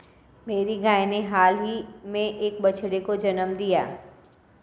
मेरी गाय ने हाल ही में एक बछड़े को जन्म दिया